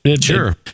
sure